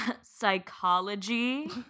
psychology